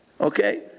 Okay